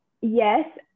yes